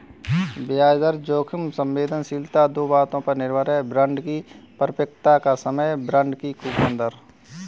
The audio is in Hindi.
ब्याज दर जोखिम संवेदनशीलता दो बातों पर निर्भर है, बांड की परिपक्वता का समय, बांड की कूपन दर